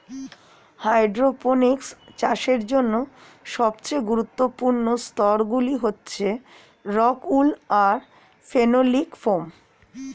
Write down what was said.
hydroponics চাষের জন্য সবচেয়ে গুরুত্বপূর্ণ স্তরগুলি হচ্ছে রক্ উল আর ফেনোলিক ফোম